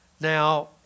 Now